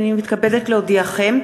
הנני מתכבדת להודיעכם,